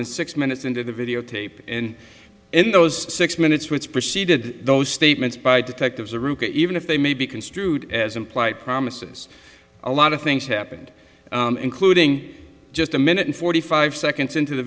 than six minutes into the videotape in those six minutes which preceded those statements by detectives even if they may be construed as imply promises a lot of things happened including just a minute and forty five seconds into the